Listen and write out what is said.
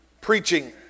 Preaching